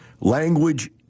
Language